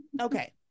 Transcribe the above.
Okay